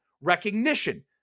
recognition